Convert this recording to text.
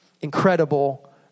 Incredible